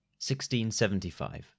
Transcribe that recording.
1675